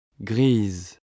Grise